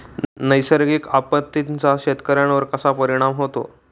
नैसर्गिक आपत्तींचा शेतकऱ्यांवर कसा परिणाम होतो?